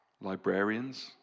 librarians